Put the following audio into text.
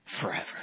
forever